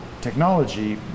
technology